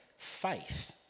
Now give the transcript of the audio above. faith